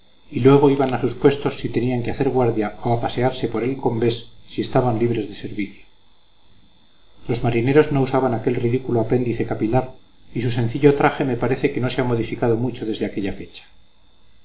y luego iban a sus puestos si tenían que hacer guardia o a pasearse por el combés si estaban libres de servicio los marineros no usaban aquel ridículo apéndice capilar y su sencillo traje me parece que no se ha modificado mucho desde aquella fecha